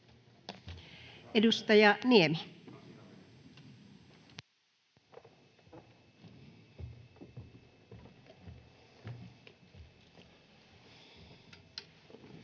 Edustaja Niemi. Arvoisa